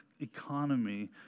economy